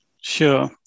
Sure